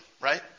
right